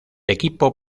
equipo